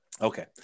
Okay